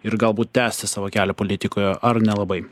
ir galbūt tęsti savo kelią politikoje ar nelabai